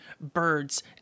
birds